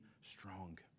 strong